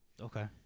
okay